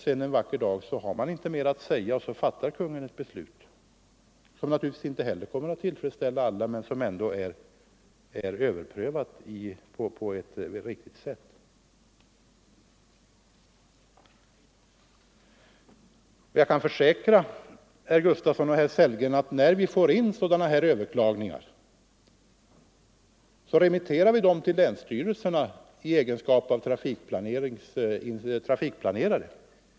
Sedan en vacker dag har man inte mer att säga, och så fattar Kungl. Maj:t ett beslut, som naturligtvis inte heller kommer att tillfredsställa alla men som ändå är överprövat på ett riktigt sätt. Jag kan försäkra herrar Gustavsson och Sellgren att när vi får in sådana här överklaganden, remitterar vi dem till länsstyrelserna i deras egenskap av trafikplanerare.